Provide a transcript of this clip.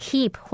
Keep